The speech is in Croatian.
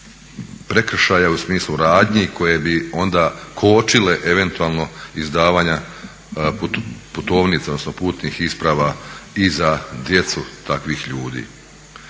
prekršaja, u smislu radnji koje bi onda kočile eventualno izdavanja putovnica odnosno putnih isprava i za djecu takvih ljudi.